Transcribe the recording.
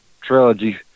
trilogy